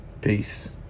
Peace